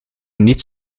niet